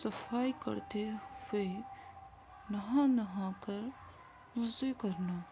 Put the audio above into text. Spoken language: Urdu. صفائی کرتے ہوئے نہا نہا کر مزے کرنا